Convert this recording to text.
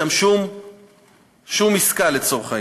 נמצא פה ראש העיר מעלה-אדומים, בני כשריאל.